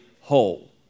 whole